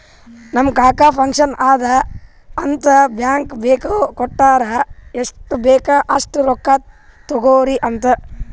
ನಮ್ ಕಾಕಾ ಫಂಕ್ಷನ್ ಅದಾ ಅಂತ್ ಬ್ಲ್ಯಾಂಕ್ ಚೆಕ್ ಕೊಟ್ಟಾರ್ ಎಷ್ಟ್ ಬೇಕ್ ಅಸ್ಟ್ ರೊಕ್ಕಾ ತೊಗೊರಿ ಅಂತ್